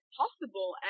possible